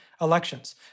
elections